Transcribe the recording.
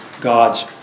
God's